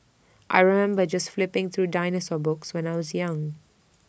I remember just flipping through dinosaur books when I was young